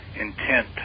intent